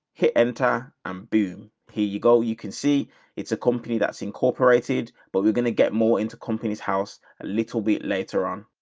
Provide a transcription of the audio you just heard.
hit, enter, and um boom. here you go. you can see it's a company that's incorporated, but we're going to get more into company's house a little bit later on.